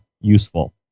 useful